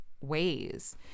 ways